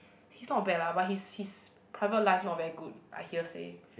he's not bad lah but his his private life not very good I hearsay